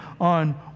on